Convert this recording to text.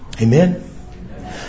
Amen